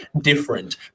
different